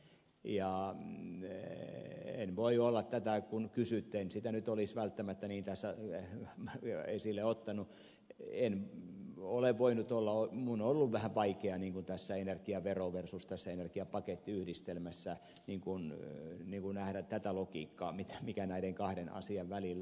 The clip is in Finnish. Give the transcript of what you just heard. kun kysytte en voi olla täyttää kun kysyttiin sitä nyt olisi välttämättä niin tässä esille ottanut minun on ollut vähän vaikea tässä energiavero versus energiapaketti yhdistelmässä nähdä tätä logiikkaa mikä näiden kahden asian välillä on